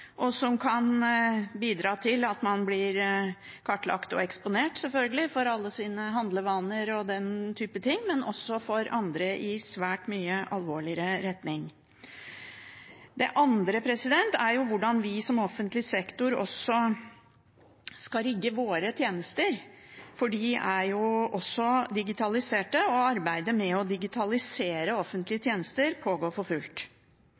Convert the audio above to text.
og som kan bidra til at man selvfølgelig blir kartlagt og eksponert med hensyn til alle sine handlevaner og den type ting, men for andre også i en svært mye alvorligere retning. Det andre er hvordan vi som offentlig sektor skal rigge våre tjenester, for de er også digitaliserte. Arbeidet med å digitalisere offentlige tjenester pågår for fullt.